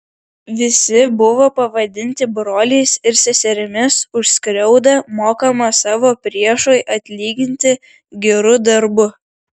visi buvo pavadinti broliais ir seserimis už skriaudą mokoma savo priešui atlyginti geru darbu